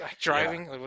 Driving